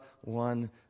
one